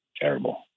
terrible